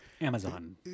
Amazon